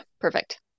perfect